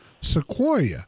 Sequoia